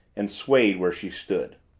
and swayed where she stood.